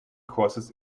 crosses